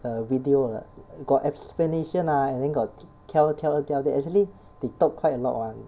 的 video like got explanation ah and then got t~ tell tell tell actually they got talk quite a lot [one]